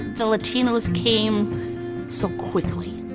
the latinos came so quickly.